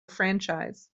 franchise